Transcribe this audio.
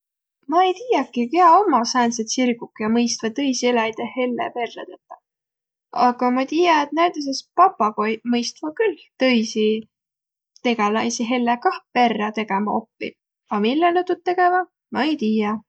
Ma ei tiiäq, kiä ommaq sääntseq tsirguq, kiä mõistvaq tõisi eläjide helle perrä tetäq. Aga ma tiiä, et näütüses papagoiq mõistvaq külh tõisi tegeläisi helle kah perrä tegemä oppiq. A mille nä tuud tegeväq, ma ei tiiäq.